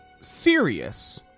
serious